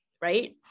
right